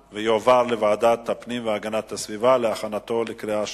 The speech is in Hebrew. לוועדת הפנים והגנת הסביבה נתקבלה.